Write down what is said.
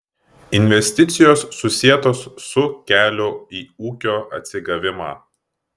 investicijos susietos su keliu į ūkio atsigavimą